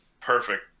perfect